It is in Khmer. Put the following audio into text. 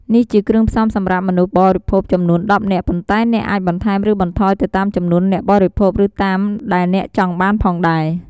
នេះជាគ្រឿងផ្សំសម្រាប់មនុស្សបរិភោគចំនួន១០នាក់ ប៉ុន្តែអ្នកអាចបន្ថែមឬបន្ថយទៅតាមចំនួនអ្នកបរិភោគ ឬតាមដែលអ្នកចង់បានផងដែរ